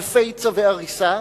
אלפי צווי הריסה,